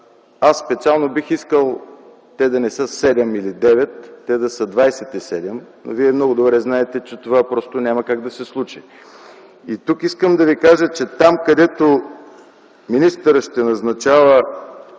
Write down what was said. Аз специално бих искал те да не са 7 или 9, а да са 27, но Вие много добре знаете, че това няма как да се случи. Тук искам да кажа, че там, където министърът ще назначава